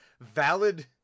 Valid